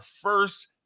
first –